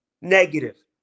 Negative